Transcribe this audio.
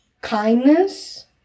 kindness